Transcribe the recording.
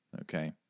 Okay